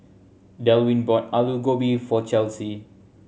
Delwin bought Alu Gobi for Chelsey